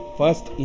first